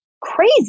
crazy